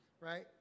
right